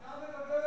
אתה מדבר?